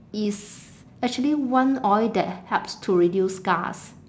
is actually one oil that helps to reduce scars